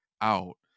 out